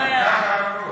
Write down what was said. לא ייאמן.